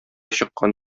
чыккан